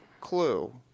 clue